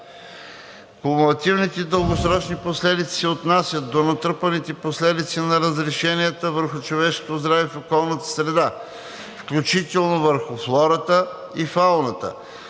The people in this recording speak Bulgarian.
„Кумулативните дългосрочни последици“ се отнасят до натрупаните последици на разрешенията върху човешкото здраве и околната среда, включително върху флората и фауната,